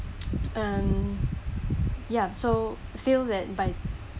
um ya so feel that by